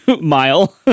mile